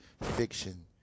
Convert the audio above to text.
fiction